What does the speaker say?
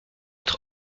être